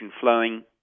flowing